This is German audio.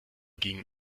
gingen